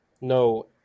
No